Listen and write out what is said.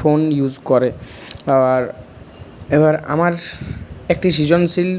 phone use করে আর এবার আমার একটি সৃজনশীল